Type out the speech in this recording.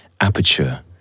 aperture